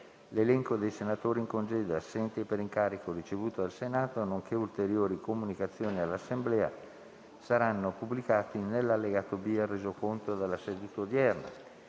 L'elenco dei senatori in congedo e assenti per incarico ricevuto dal Senato, nonché ulteriori comunicazioni all'Assemblea saranno pubblicati nell'allegato B al Resoconto della seduta odierna.